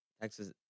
Texas